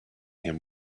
him